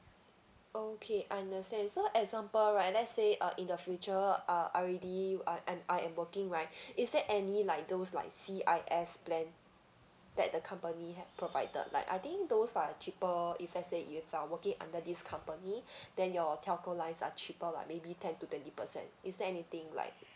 okay understand so example right let's say uh in the future I already uh I'm I am working right is there any like those like C_I_S plan that the company had provided like I think those are cheaper if let's say you've you're working under this company then your telco line are cheaper like maybe ten to twenty percent is there anything like